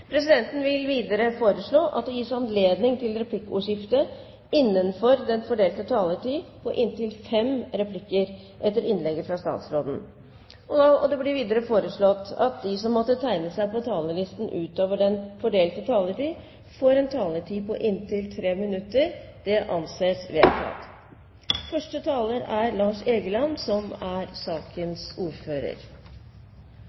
presidenten foreslå at det gis anledning til replikkordskifte på inntil fem replikker etter innlegget fra statsråden innenfor den fordelte taletid. Videre blir det foreslått at de som måtte tegne seg på talerlisten utover den fordelte taletid, får en taletid på inntil 3 minutter. – Det anses vedtatt. Finanskrisen som rammet verden høsten 2008 og utover 2009, hadde store konsekvenser mange steder. Det er